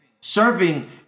Serving